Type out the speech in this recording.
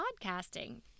podcasting